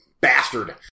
bastard